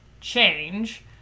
change